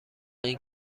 این